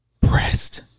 pressed